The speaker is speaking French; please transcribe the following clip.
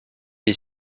est